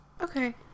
okay